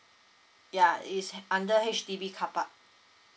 ya is under H_D_B carpark